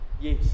yes